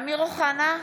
(קוראת בשמות חברי הכנסת) אמיר אוחנה,